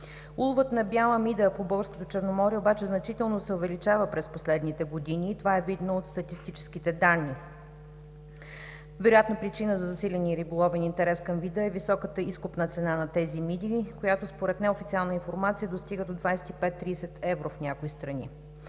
Уловът на бяла мида по българското Черноморие обаче значително се увеличава през последните години и това е видно от статистическите данни. Вероятно причина за засиления риболовен интерес към вида е високата изкупна цена на тези миди, която, според неофициална информация, достига до 25 - 30 евро в някои страни.